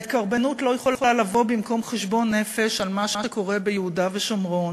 וההתקרבנות לא יכולה לבוא במקום חשבון נפש על מה שקורה ביהודה ושומרון,